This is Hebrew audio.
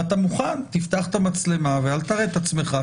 אתה מוכן תפתח את המצלמה ואל תראה את עצמך,